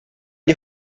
nie